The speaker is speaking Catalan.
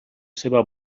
seva